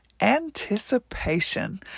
Anticipation